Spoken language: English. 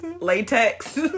latex